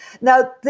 Now